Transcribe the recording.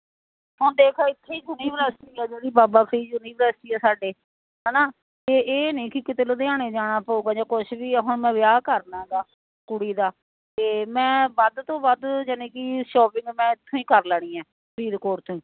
ਹਾਂ ਦੇਖ ਇੱਥੇ ਹੀ ਯੂਨੀਵਰਸਿਟੀ ਆ ਜਿਹੜੀ ਬਾਬਾ ਫਰੀਦ ਯੂਨੀਵਰਸਿਟੀ ਆ ਸਾਡੇ ਹੈ ਨਾ ਅਤੇ ਇਹ ਨਹੀਂ ਕਿਤੇ ਲੁਧਿਆਣੇ ਜਾਣਾ ਪਵੇਗਾ ਜਾਂ ਕੁਛ ਵੀ ਹੈ ਮੈਂ ਵਿਆਹ ਕਰਨਾ ਗਾ ਕੁੜੀ ਦਾ ਅਤੇ ਮੈਂ ਵੱਧ ਤੋਂ ਵੱਧ ਯਾਨੀ ਕਿ ਸ਼ੋਪਿੰਗ ਮੈਂ ਇੱਥੋਂ ਹੀ ਕਰ ਲੈਣੀ ਆ ਫਰੀਦਕੋਟ ਤੋਂ ਹੀ